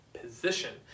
position